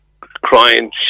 crying